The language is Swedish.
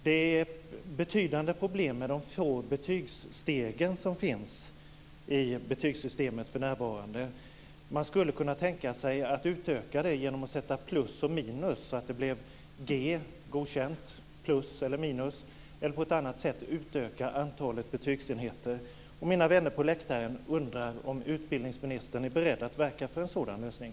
Det är ett betydande problem att det finns så få betygssteg i betygssystemet för närvarande. Man skulle kunna tänka sig att utöka det genom att använda plus och minus, så att det blev G+ eller G-, eller på annat sätt öka antalet betygsenheter. Mina vänner på läktaren undrar om utbildningsministern är beredd att verka för en sådan lösning.